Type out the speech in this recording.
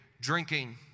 drinking